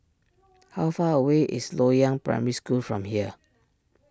how far away is Loyang Primary School from here